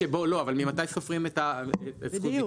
ממתי סופרים את זכות הביטול?